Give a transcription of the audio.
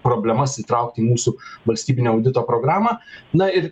problemas įtraukti į mūsų valstybinio audito programą na ir